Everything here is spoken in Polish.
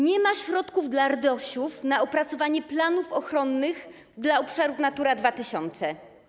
Nie ma środków dla RDOŚ na opracowanie planów ochronnych dla obszarów Natury 2000.